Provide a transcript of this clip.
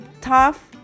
tough